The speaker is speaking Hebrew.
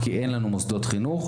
כי אין לנו מוסדות חינוך.